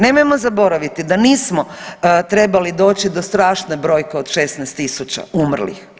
Nemojmo zaboraviti da nismo trebali doći do strašne brojke od 16 tisuća umrlih.